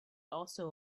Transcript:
also